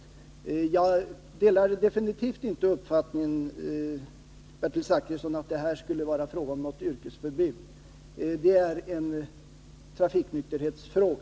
Jag delar absolut inte Bertil Zachrissons uppfattning att det här skulle vara fråga om ett yrkesförbud. Det handlar om en trafiknykterhetsfråga.